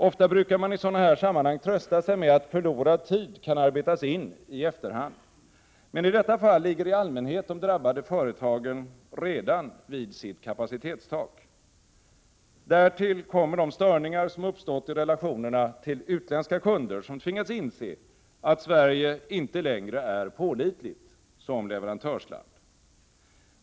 Ofta brukar man i sådana här sammanhang trösta sig med att förlorad tid kan arbetas in i efterhand. Men i detta fall ligger i allmänhet de drabbade företagen redan vid sitt kapacitetstak. Därtill kommer de störningar som uppstått i relationerna till utländska kunder, som tvingats inse att Sverige inte längre är pålitligt som leverantörsland.